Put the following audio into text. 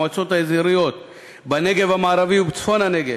מועצות אזוריות בנגב המערבי ובצפון הנגב,